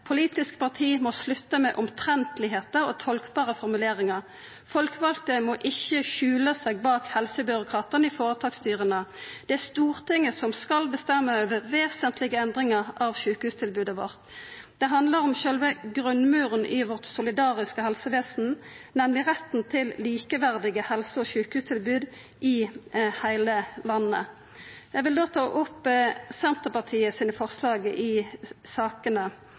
parti må slutta med omtrentlege og tolkbare formuleringar. Folkevalde må ikkje skjula seg bak helsebyråkratane i føretaksstyra. Det er Stortinget som skal bestemma over vesentlege endringar i sjukehustilbodet vårt. Det handlar om sjølve grunnmuren i vårt solidariske helsevesen, nemleg retten til likeverdige helse- og sjukehustilbod i heile landet. Eg vil då ta opp Senterpartiets forslag i sakene.